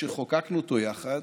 כשחוקקנו אותו יחד,